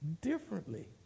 differently